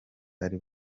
ari